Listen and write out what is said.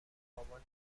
مامان